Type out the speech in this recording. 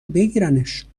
بگیرنش